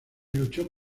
luchó